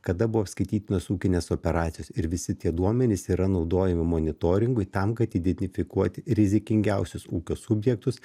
kada buvo apskaitytinos ūkinės operacijos ir visi tie duomenys yra naudojami monitoringui tam kad identifikuoti rizikingiausius ūkio subjektus